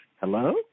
Hello